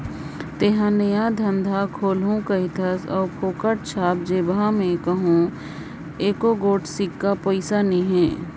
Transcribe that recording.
तेंहा नया धंधा खोलहू कहिथस अउ फोकट छाप जेबहा में कहों एको गोट सिक्का पइसा नी हे